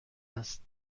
است